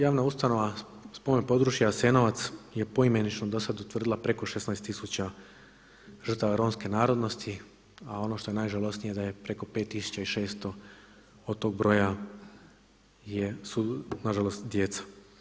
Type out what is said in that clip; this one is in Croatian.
Javna ustanova Spomen područja Jasenovac je poimenično do sada utvrdila preko 16 tisuća žrtava Romske narodnosti, a ono što je najžalosnije da je preko 5600 od tog broja su nažalost djeca.